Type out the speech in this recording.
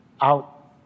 out